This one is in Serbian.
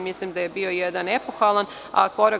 Mislim da je bio jedan epohalan korak.